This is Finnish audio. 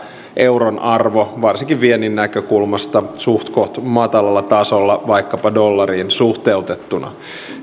euron arvo varsinkin viennin näkökulmasta on suhtkoht matalalla tasolla vaikkapa dollariin suhteutettuna